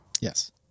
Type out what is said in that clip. Yes